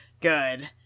Good